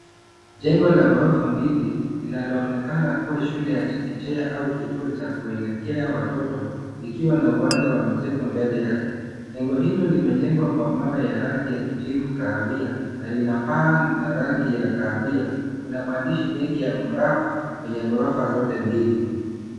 Jengo la gorofa mbili linaloonekana kuwa shule ya chekechea au kituo cha kuelekea watoto, ikiwa na uwanja wa michezo mbele yake. Jengo hilo limejengwa kwa mawe ya rangi ya kijivu kahawia, na linapaa na rangi ya kahawia, kuna maandishi mengi ya mraba wenye ghorofa zote mbili.